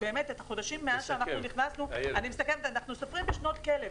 אנחנו סופרים את החודשים מאז שנכנסנו בשנות כלב.